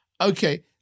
okay